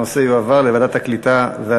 הנושא יועבר לוועדת העלייה והקליטה.